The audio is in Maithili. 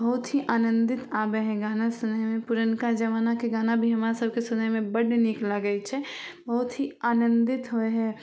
बहुत ही आनन्दित आबै हइ गाना सुनैमे पुरनका जमानाके गाना भी हमरासभकेँ सुनैमे बड्ड नीक लगै छै बहुत ही आनन्दित होइ हइ